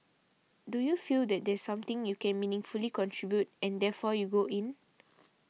do you feel that there's something you can meaningfully contribute and therefore you go in